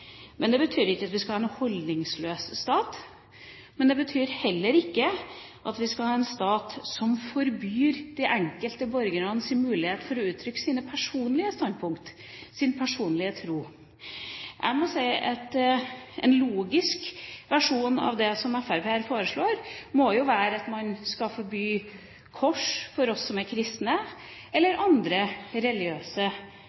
men det betyr heller ikke at vi skal ha en stat som forbyr de enkelte borgernes mulighet for å uttrykke sine personlige standpunkt, sin personlige tro. En logisk versjon av det som Fremskrittspartiet her foreslår, må jo være at man skal forby kors for oss som er kristne,